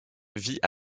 vit